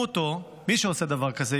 מי שעושה דבר כזה,